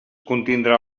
contindrà